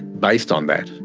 based on that,